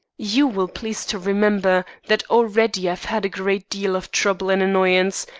you will please to remember that already i've had a great deal of trouble and annoyance,